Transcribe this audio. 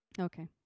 Okay